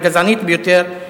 הגזענית ביותר,